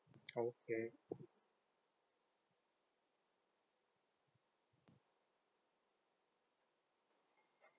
okay